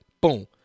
boom